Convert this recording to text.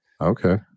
Okay